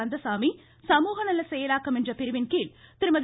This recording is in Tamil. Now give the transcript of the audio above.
கந்தசாமி சமூகநல செயலாக்கம் என்ற பிரிவின் கீழ் திருமதி